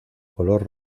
color